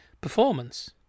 performance